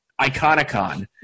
Iconicon